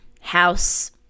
house